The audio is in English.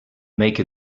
make